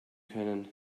können